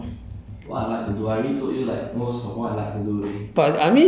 talk about what you like to do loh